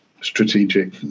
strategic